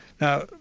Now